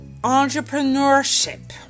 Entrepreneurship